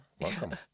welcome